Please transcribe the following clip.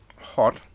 hot